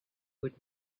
with